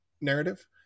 narrative